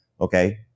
Okay